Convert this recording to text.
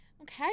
okay